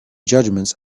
judgements